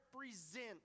represent